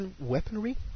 weaponry